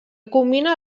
combina